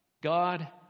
God